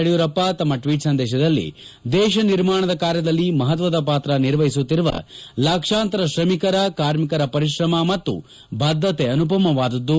ಯಡಿಯೂರಪ್ಪ ತಮ್ಮ ಟ್ವೀಟ್ ಸಂದೇಶದಲ್ಲಿ ದೇಶ ನಿರ್ಮಾಣದ ಕಾರ್ಯದಲ್ಲಿ ಮಹತ್ವದ ಪಾತ್ರ ನಿರ್ವಹಿಸುತ್ತಿರುವ ಲಕ್ಷಾಂತರ ಶ್ರಮಿಕರ ಕಾರ್ಮಿಕರ ಪರಿಶ್ರಮ ಮತ್ತು ಬದ್ದತೆ ಅನುಪಮವಾದದ್ದು